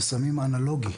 ושמים אנלוגי,